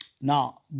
Now